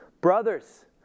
Brothers